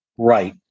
Right